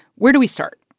where do we start?